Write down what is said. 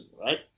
right